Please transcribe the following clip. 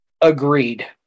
Agreed